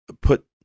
put